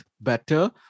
better